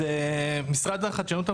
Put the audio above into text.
אז משרד החדשנות,